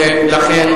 ולכן?